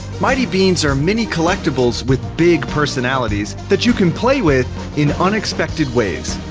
mighty beanz are mini collectibles with big personalities that you can play with in unexpected ways.